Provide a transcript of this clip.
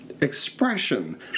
expression